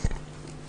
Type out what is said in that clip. המהותית בדיון הזה.